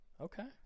Okay